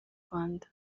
rwanda